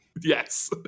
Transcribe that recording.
Yes